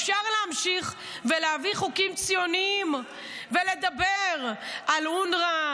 אפשר להמשיך ולהביא חוקים ציוניים ולדבר על אונר"א